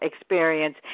experience